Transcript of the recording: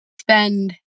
spend